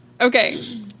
Okay